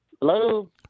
Hello